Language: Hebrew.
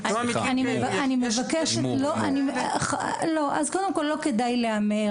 אני מבקשת, לא כדאי להמר.